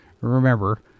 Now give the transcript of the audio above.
Remember